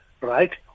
right